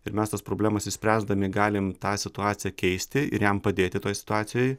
ir mes tas problemas išspręsdami galim tą situaciją keisti ir jam padėti toj situacijoj